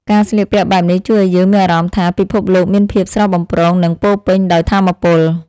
ការស្លៀកពាក់បែបនេះជួយឱ្យយើងមានអារម្មណ៍ថា ពិភពលោកមានភាពស្រស់បំព្រងនិងពោពេញដោយថាមពល។